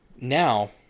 Now